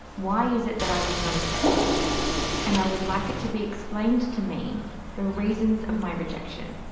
why is it that i was not accepted and i would like it to be explained to me the reasons of my rejection.